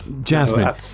Jasmine